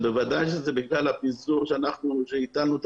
בוודאי זה בגלל הפיזור שאנחנו הטלנו את